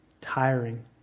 tiring